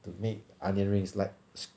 to make onion rings like